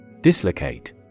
Dislocate